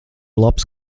labs